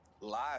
Life